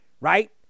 Right